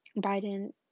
Biden-